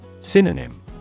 Synonym